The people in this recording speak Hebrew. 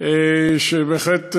שזו בהחלט,